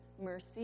Mercy